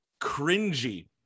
cringy